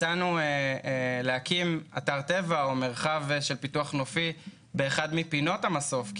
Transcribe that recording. הצענו להקים אתר טבע או מרחב של פיתוח נופי באחד מפינות המסוף.